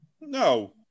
No